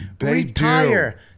Retire